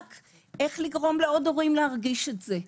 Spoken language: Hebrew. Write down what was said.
איך לגרום לעוד הורים להרגיש את זה.